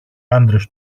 άντρες